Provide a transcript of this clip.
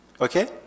Okay